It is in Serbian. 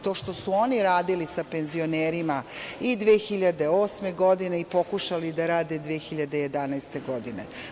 To što su oni radili sa penzionerima i 2008. godine i pokušali da rade 2011. godine.